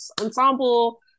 ensemble